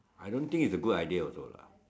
I don't think it's a good idea also lah